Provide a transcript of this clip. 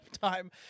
time